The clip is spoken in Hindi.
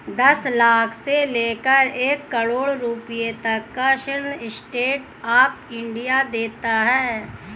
दस लाख से लेकर एक करोङ रुपए तक का ऋण स्टैंड अप इंडिया देता है